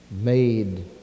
made